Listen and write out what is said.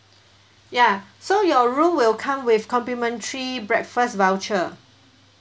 ya so your room will come with complimentary breakfast voucher